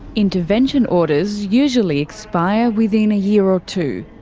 intervention orders usually expire within a year or two.